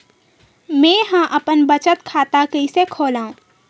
मेंहा अपन बचत खाता कइसे खोलव?